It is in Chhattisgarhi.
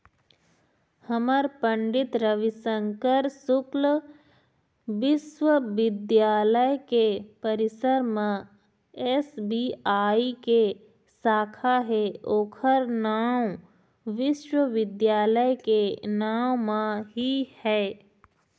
हमर पंडित रविशंकर शुक्ल बिस्वबिद्यालय के परिसर म एस.बी.आई के साखा हे ओखर नांव विश्वविद्यालय के नांव म ही है